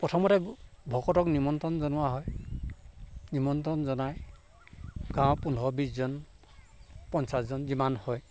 প্ৰথমতে ভকতক নিমন্ত্ৰণ জনোৱা হয় নিমন্ত্ৰণ জনাই গাঁৱৰ পোন্ধৰ বিশজন পঞ্চাছজন যিমান হয়